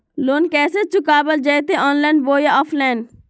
Loan कैसे चुकाबल जयते ऑनलाइन बोया ऑफलाइन?